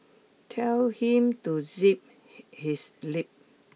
tell him to zip his lip